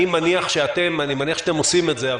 ואני מניח שאתם עושים את זה,